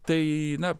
tai na